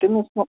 تٔمِس